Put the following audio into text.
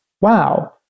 wow